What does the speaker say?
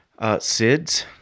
SIDS